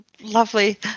lovely